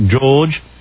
George